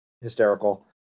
hysterical